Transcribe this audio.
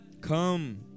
come